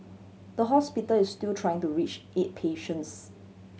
the hospital is still trying to reach eight patients